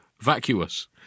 vacuous